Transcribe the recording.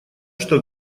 что